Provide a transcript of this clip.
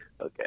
Okay